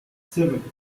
seven